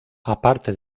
aparte